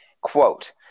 quote